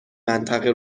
منطقه